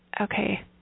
Okay